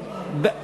לא, לא.